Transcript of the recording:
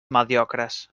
mediocres